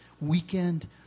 weekend